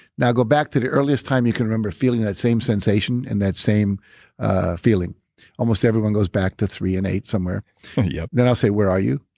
now, go back to the earliest time you can remember feeling that same sensation and that same feeling almost everyone goes back to three and eight somewhere yeah then i'll say, where are you?